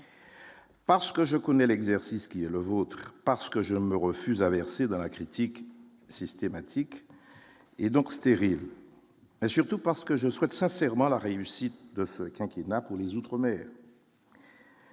Parce que je connais l'exercice qui est le vôtre, parce que je me refuse à verser dans la critique systématique. Et donc stérile, mais surtout parce que je souhaite sincèrement la réussite de feu qui pour les Outre-mer.